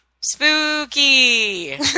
spooky